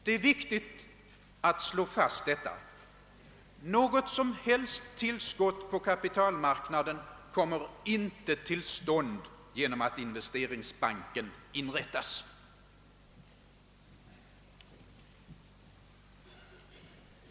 Det är viktigt att slå fast att kapitalmarknaden inte får något som helst tillskott genom att investeringsbanken inrättas.